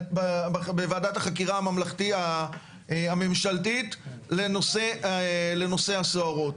בוועדת החקירה הממלכתית הממשלתית לנושא הסוהרות.